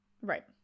Right